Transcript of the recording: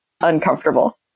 uncomfortable